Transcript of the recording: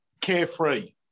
carefree